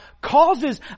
causes